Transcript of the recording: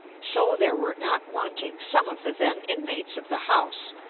so there were not wanting some of the then inmates of the house,